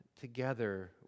together